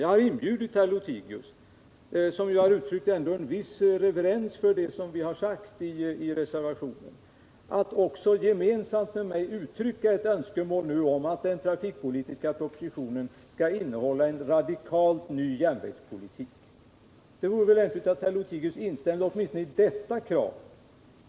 Jag har inbjudit herr Lothigius, som ju ändå har uttryckt en viss reverens för det vi har sagt i reservationen, att gemensamt med mig nu uttrycka ett önskemål om att den trafikpolitiska propositionen skall innehålla en radikalt ny järnvägspolitik. Det vore väl lämpligt att herr Lothigius instämde åtminstone i detta krav.